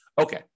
Okay